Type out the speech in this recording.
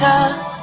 up